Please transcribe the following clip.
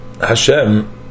Hashem